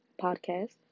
podcast